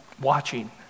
watching